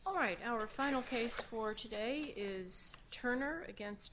all right our final case for today is turner against